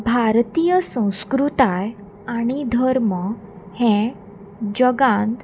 भारतीय संस्कृताय आनी धर्म हें जगान